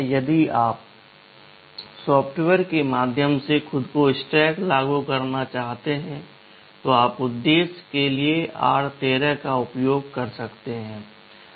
यदि आप सॉफ़्टवेयर के माध्यम से खुद को स्टैक लागू करना चाहते हैं तो आप उद्देश्य के लिए r13 का उपयोग कर सकते हैं